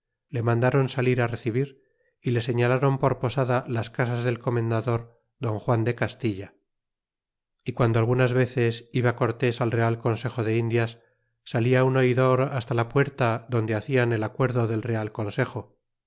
le mandáron salir á recibir y le seitaláron por posada las casas del comendador don juan de castilla y guando algunas veces iba cortés al real consejo de indias salia un oidor hasta la puerta donde hacian el acuerdo del real consejo